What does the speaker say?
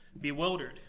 bewildered